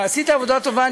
עשית עבודה טובה,